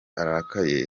arakaye